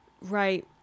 Right